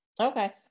Okay